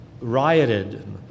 rioted